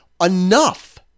enough